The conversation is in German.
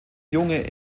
junge